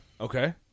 Okay